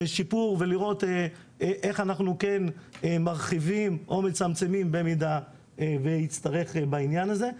שיפור ולראות איך אנחנו כן מרחיבים או מצמצמים במידה ויצטרך בעניין הזה.